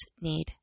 need